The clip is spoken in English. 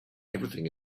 everything